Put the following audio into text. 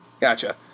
gotcha